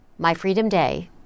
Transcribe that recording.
MyFreedomDay